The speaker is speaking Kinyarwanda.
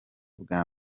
bwa